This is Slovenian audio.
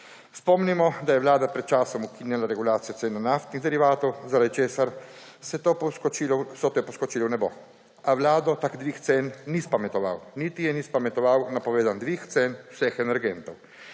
Spomnimo, da je Vlada pred časom ukinila regulacijo cen naftnih derivatov, zaradi česar so te poskočile v nebo. A Vlade tak dvig cen ni spametoval niti je ni spametoval napovedani dvig cen vseh energentov.